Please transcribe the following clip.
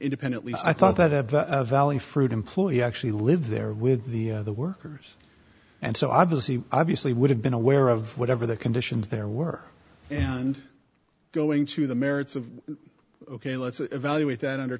independently so i thought that have a valley fruit employee actually live there with the workers and so obviously obviously would have been aware of whatever the conditions there were and going to the merits of ok let's evaluate that under